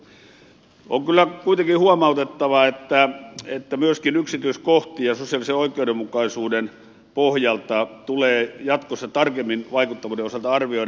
on kyllä kuitenkin huomautettava että myöskin yksityiskohtia sosiaalisen oikeudenmukaisuuden pohjalta tulee jatkossa tarkemmin vaikuttavuuden osalta arvioida